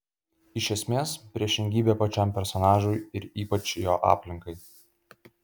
iš esmės priešingybė pačiam personažui ir ypač jo aplinkai